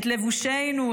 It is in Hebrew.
את לבושנו,